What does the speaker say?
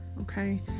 okay